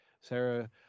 Sarah